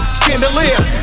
chandelier